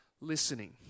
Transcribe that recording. listening